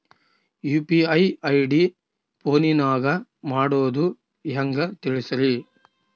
UPI ID ಫೋನಿನಾಗ ಮಾಡೋದು ಹೆಂಗ ತಿಳಿಸ್ರಿ?